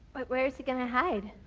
but where is he going to hide.